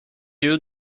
you